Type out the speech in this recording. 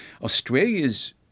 Australia's